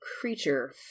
creature